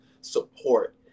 support